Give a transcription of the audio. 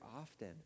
often